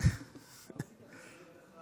את השיר,